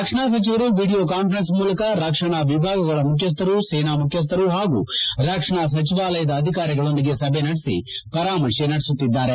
ರಕ್ಷಣಾ ಸಚಿವರು video conference ಮೂಲಕ ರಕ್ಷಣಾ ವಿಭಾಗಗಳ ಮುಖ್ಯಸ್ಥರು ಸೇನಾ ಮುಖ್ಯಸ್ಥರು ಪಾಗೂ ರಕ್ಷಣಾ ಸಚಿವಾಲಯ ಅಧಿಕಾರಿಗಳೊಂದಿಗೆ ಸಭೆ ನಡೆಸಿ ಪರಾಮರ್ಶೆ ನಡೆಸುತ್ತಿದ್ದಾರೆ